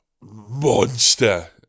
monster